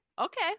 Okay